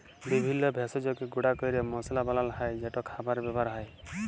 বিভিল্য ভেষজকে গুঁড়া ক্যরে মশলা বানালো হ্যয় যেট খাবারে ব্যাবহার হ্যয়